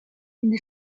une